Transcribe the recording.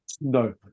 No